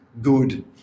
good